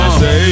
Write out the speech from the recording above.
say